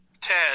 Ted